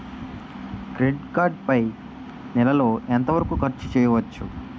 Credit card పై నెల లో ఎంత వరకూ ఖర్చు చేయవచ్చు?